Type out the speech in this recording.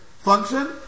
function